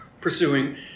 pursuing